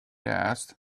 asked